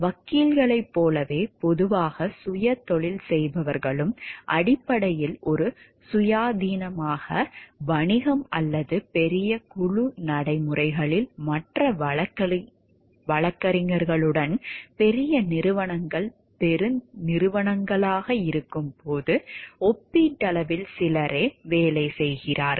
வக்கீல்களைப் போலவே பொதுவாக சுயதொழில் செய்பவர்களும் அடிப்படையில் ஒரு சுயாதீனமான வணிகம் அல்லது பெரிய குழு நடைமுறைகளில் மற்ற வழக்கறிஞர்களுடன் பெரிய நிறுவனங்கள் பெருநிறுவனங்களாக இருக்கும்போது ஒப்பீட்டளவில் சிலரே வேலை செய்கிறார்கள்